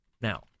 Now